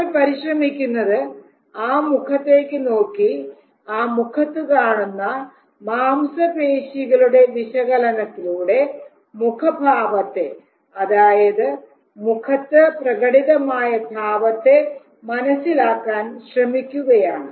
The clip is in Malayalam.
നമ്മൾ പരിശ്രമിക്കുന്നത് ആ മുഖത്തേക്ക് നോക്കി ആ മുഖത്ത് കാണുന്ന മാംസപേശികളുടെ വിശകലനത്തിലൂടെ മുഖഭാവത്തെ അതായത് മുഖത്ത് പ്രകടിതമായ ഭാവത്തെ മനസ്സിലാക്കാൻ ശ്രമിക്കുകയാണ്